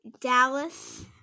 Dallas